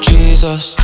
Jesus